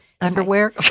underwear